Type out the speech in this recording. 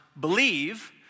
believe